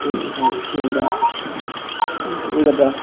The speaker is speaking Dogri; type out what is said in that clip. एह् करदा